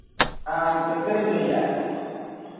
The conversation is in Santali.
ᱦᱮᱸ ᱤᱧ ᱯᱟᱹᱭᱠᱟᱹᱨ ᱤᱧ ᱞᱟᱹᱭ ᱮᱫᱼᱟ